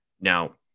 Now